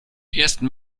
ersten